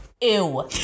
ew